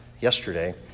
yesterday